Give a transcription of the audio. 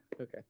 Okay